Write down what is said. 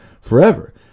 forever